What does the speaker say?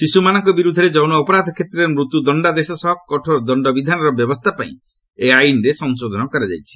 ଶିଶୁମାନଙ୍କ ବିରୋଧରେ ଯୌନ ଅପରାଧ କ୍ଷେତ୍ରରେ ମୃତ୍ୟୁଦଶ୍ଚାଦେଶ ସହ କଠୋର ଦଶ୍ଚବିଧାନର ବ୍ୟବସ୍ଥା ପାଇଁ ଏହି ଆଇନରେ ସଂଶୋଧନ କରାଯାଇଛି